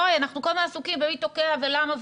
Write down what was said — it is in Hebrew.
אנחנו כל הזמן עסוקים במי תוקע ולמה וכמה.